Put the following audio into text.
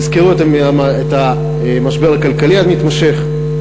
תזכרו את המשבר הכלכלי המתמשך,